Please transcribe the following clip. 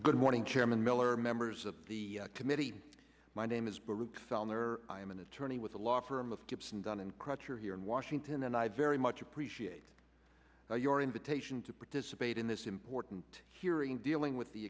good morning chairman miller members of the committee my name is bill ricks on there i am an attorney with a law firm of gibson dunn and crutcher here in washington and i very much appreciate your invitation to participate in this important hearing dealing with the